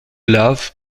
lave